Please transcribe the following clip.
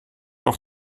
auch